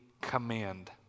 command